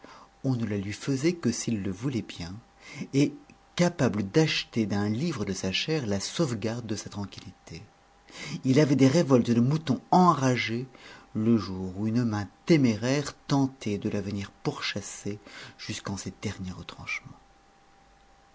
on ne la lui faisait que s'il le voulait bien et capable d'acheter d'une livre de sa chair la sauvegarde de sa tranquillité il avait des révoltes de mouton enragé le jour où une main téméraire tentait de la venir pourchasser jusqu'en ses derniers retranchements